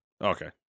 Okay